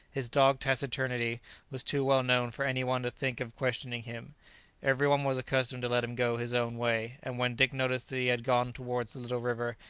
his dogged taciturnity was too well known for any one to think of questioning him every one was accustomed to let him go his own way, and when dick noticed that he had gone towards the little river,